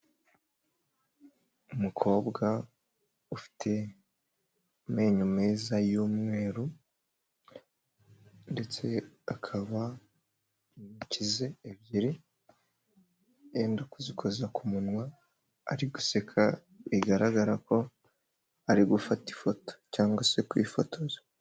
Umukobwa ufite amenyo meza y'umweru ndetse akaba intoki ze ebyiri yenda kuzikoza ku munwa ari guseka bigaragara ko ari gufata ifoto cyangwa se kwifotoza.